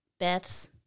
Beths